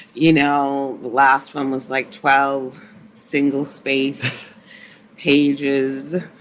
you know. last one was like twelve single spaced pages.